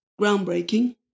groundbreaking